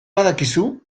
badakizu